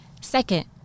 Second